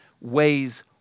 weighs